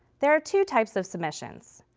there are two types of submissions.